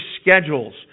schedules